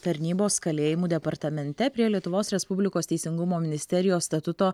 tarnybos kalėjimų departamente prie lietuvos respublikos teisingumo ministerijos statuto